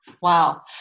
Wow